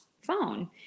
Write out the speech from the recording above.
phone